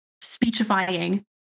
speechifying